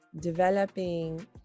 developing